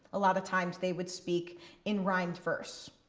a lot of times they would speak in rhymed verse.